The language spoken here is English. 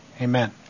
amen